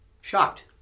Shocked